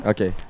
Okay